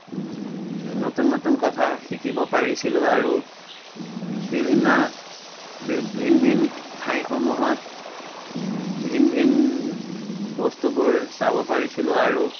নতুন নতুন কথা শিকিব পাৰিছিলোঁ আৰু বিভিন্ন ভিন ভিন ঠাইসমূহত ভিন ভিন বস্তুবোৰ চাব পাৰিছিলোঁ আৰু